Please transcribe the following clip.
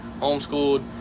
homeschooled